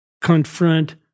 confront